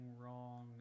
wrong